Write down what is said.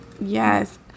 yes